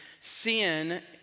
sin